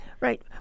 Right